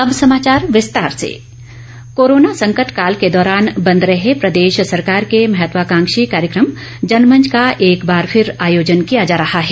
अब समाचार विस्तार से जनमंच कोरोना संकट काल के दौरान बंद रहे प्रदेश सरकार के महत्वाकांक्षी कार्यकम जनमंच का एक बार फिर आयोजन किया जा रहा है